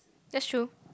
that's true